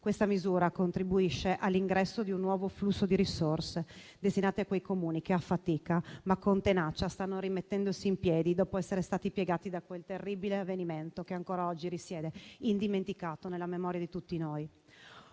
Questa misura contribuisce all'ingresso di un nuovo flusso di risorse destinate a quei Comuni che a fatica, ma con tenacia, stanno rimettendosi in piedi dopo essere stati piegati da quel terribile avvenimento, che ancora oggi risiede indimenticato nella memoria di tutti noi.